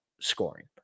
scoring